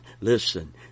listen